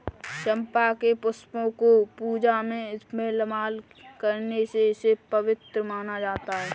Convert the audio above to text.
चंपा के पुष्पों को पूजा में इस्तेमाल करने से इसे पवित्र माना जाता